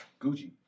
Gucci